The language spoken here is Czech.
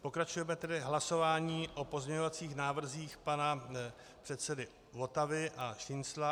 Pokračujeme tedy hlasováním o pozměňovacích návrzích pana předsedy Votavy a Šincla.